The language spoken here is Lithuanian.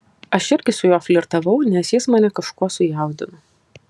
aš irgi su juo flirtavau nes jis mane kažkuo sujaudino